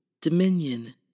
Dominion